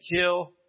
kill